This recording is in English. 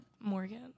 Morgan